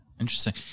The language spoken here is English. Interesting